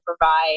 provide